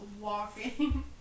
walking